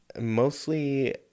mostly